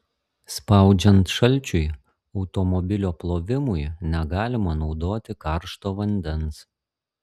spaudžiant šalčiui automobilio plovimui negalima naudoti karšto vandens